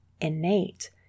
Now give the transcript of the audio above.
innate